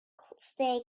stay